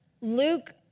Luke